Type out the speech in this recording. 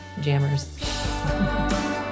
jammers